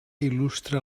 il·lustra